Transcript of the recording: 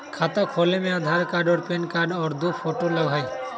खाता खोले में आधार कार्ड और पेन कार्ड और दो फोटो लगहई?